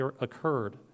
occurred